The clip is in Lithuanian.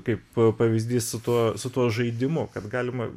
kaip pavyzdys su tuo su tuo žaidimu kad galima